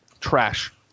trash